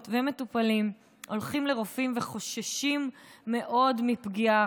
ומטופלים הולכים לרופאים וחוששים מאוד מפגיעה,